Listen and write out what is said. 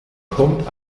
kommt